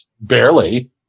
barely